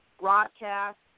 broadcast